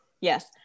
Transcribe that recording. Yes